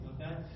okay